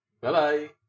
Bye-bye